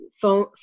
phone